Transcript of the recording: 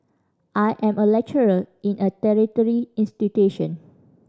I am a lecturer in a tertiary institution